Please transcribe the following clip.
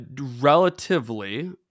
Relatively